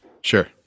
Sure